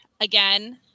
again